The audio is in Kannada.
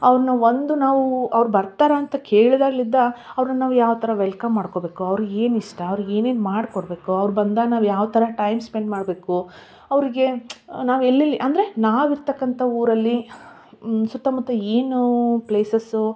ಅವ್ರನ್ನ ಒಂದು ನಾವು ಅವ್ರು ಬರ್ತಾರಂತ ಕೇಳಿದಾಗ್ಲಿಂದ ಅವ್ರನ್ನ ನಾವು ಯಾವ ಥರ ವೆಲ್ಕಮ್ ಮಾಡ್ಕೊಳ್ಬೇಕು ಅವ್ರಿಗೆ ಏನು ಇಷ್ಟ ಅವರಿಗೆ ಏನೇನು ಮಾಡಿಕೊಡ್ಬೇಕು ಅವ್ರು ಬಂದಾಗ ನಾವು ಯಾವ ಥರ ಟೈಮ್ ಸ್ಪೆಂಡ್ ಮಾಡಬೇಕು ಅವ್ರಿಗೆ ನಾವು ಎಲ್ಲೆಲ್ಲಿ ಅಂದರೆ ನಾವು ಇರ್ತಕ್ಕಂಥ ಊರಲ್ಲ ಸುತ್ತಮುತ್ತ ಏನು ಪ್ಲೇಸಸ್ಸು